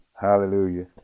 hallelujah